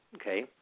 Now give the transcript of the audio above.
okay